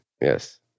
Yes